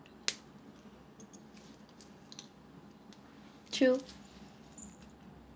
true